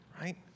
right